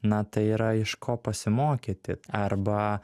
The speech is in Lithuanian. na tai yra iš ko pasimokyti arba